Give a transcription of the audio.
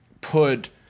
put